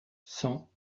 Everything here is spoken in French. cent